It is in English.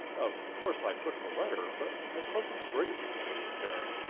of course i took the letter. but i puzzled greatly over the affair.